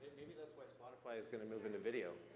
maybe that's why spotify is gonna move into video.